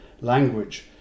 language